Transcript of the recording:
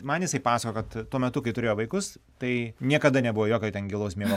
man jisai pasakojo kad tuo metu kai turėjo vaikus tai niekada nebuvo jokio ten gilaus miego